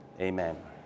Amen